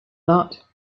that